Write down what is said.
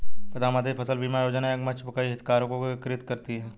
प्रधानमंत्री फसल बीमा योजना एक मंच पर कई हितधारकों को एकीकृत करती है